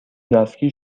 دستگیر